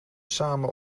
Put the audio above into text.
samen